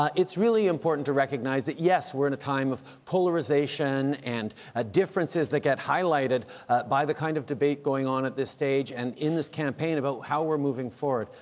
it's really important to recognize that, yes, we're in a time of polarization and ah differences that get highlighted by the kind of debate going on at this stage and in this campaign about how we're moving forward.